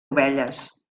ovelles